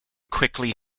quickly